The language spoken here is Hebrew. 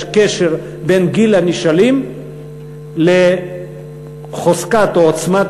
יש קשר בין גיל הנשאלים לחוזקת או עוצמת